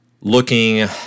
looking